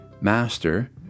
Master